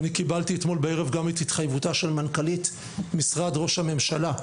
ואני קיבלתי אתמול בערב גם את התחייבותה של מנכ"לית משרד ראש הממשלה,